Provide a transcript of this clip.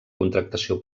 contractació